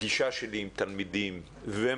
פגישה שלי עם תלמידים ומורים.